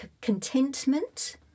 contentment